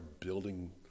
building